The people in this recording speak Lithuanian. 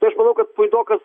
tai aš manau kad puidokas